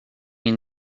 nie